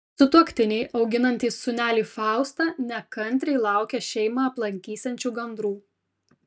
sutuoktiniai auginantys sūnelį faustą nekantriai laukia šeimą aplankysiančių gandrų